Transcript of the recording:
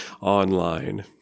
online